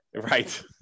Right